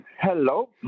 Hello